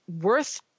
worth